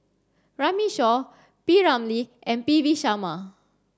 Runme Shaw P Ramlee and P V Sharma